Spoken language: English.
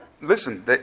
Listen